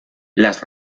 las